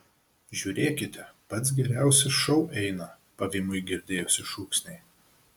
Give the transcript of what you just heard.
žiūrėkite pats geriausias šou eina pavymui girdėjosi šūksniai